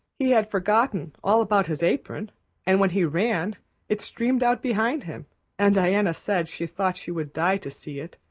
he had forgotten all about his apron and when he ran it streamed out behind him and diana said she thought she would die to see it.